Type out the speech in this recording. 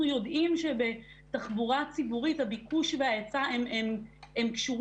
יודעים שבתחבורה ציבורית הביקוש וההיצע קשורים,